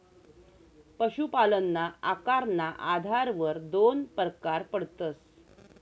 पशुपालनना आकारना आधारवर दोन परकार पडतस